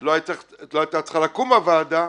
לא הייתה צריכה לקום הוועדה.